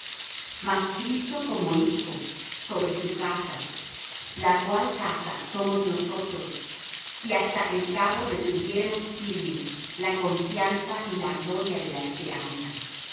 mas cristo como hijo sobre su casa la cual casa somos nosotros si hasta el cabo retuviéremos firme la confianza y la gloria de la esperanza